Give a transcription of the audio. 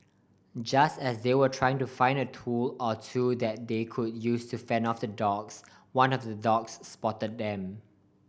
just as they were trying to find a tool or two that they could use to fend off the dogs one of the dogs spot them